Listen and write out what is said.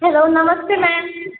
hello namaste ma'am